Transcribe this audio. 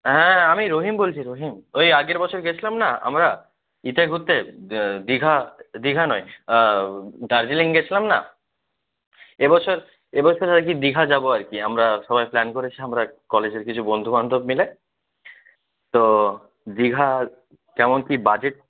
হ্যাঁ আমি রহিম বলছি রহিম ওই আগের বছর গিয়েছিলাম না আমরা ইতে ঘুরতে দীঘা দীঘা নয় দার্জিলিং গেছিলাম না এবছর এবছর আর কি দীঘা যাব আর কি আমরা সবাই প্ল্যান করেছি আমরা কলেজের কিছু বন্ধুবান্ধব মিলে তো দীঘা কেমন কী বাজেট